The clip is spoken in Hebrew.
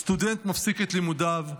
סטודנט מפסיק את לימודיו,